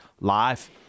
live